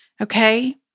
Okay